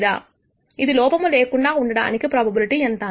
లేదా ఇది లోపము లేకుండా ఉండడానికి ప్రోబబిలిటీ ఎంత